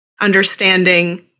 understanding